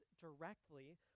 directly